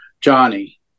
Johnny